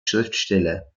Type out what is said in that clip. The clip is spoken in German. schriftsteller